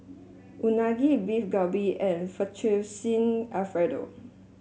Unagi Beef Galbi and Fettuccine Alfredo